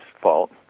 fault